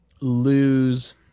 lose